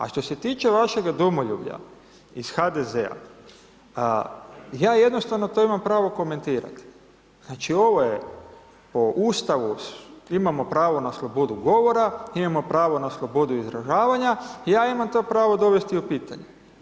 A što se tiče vašega domoljublja iz HDZ-a, ja jednostavno to imam pravo komentirati, znači, ovo je, po Ustavu imamo pravo na slobodu govora, imamo pravo na slobodu izražavanja, i ja imam to pravo dovesti u pitanje.